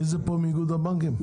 מי פה מאיגוד הבנקים?